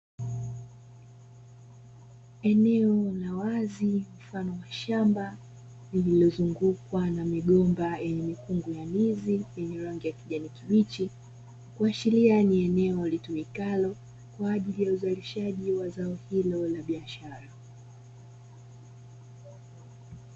Eneo la wazi mfano wa shamba lilozungukwa na migomba yenye mikungu ya ndizi yenye rangi ya kijani kibichi kuashiria ni eneo litumikalo kwaajili ya uzalishaji wa zao hilo la biashara.